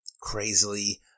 crazily